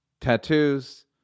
Tattoos